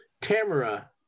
Tamara